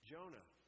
Jonah